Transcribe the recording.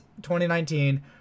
2019